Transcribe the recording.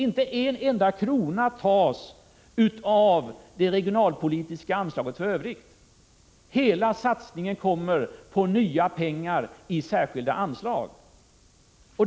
Inte en enda krona tas från det regionalpolitiska anslaget i övrigt. Hela satsningen finansieras med nya pengar på särskilda anslag.